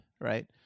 right